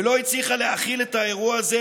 ואנחנו, במהלך הדיון הזה,